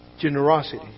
generosity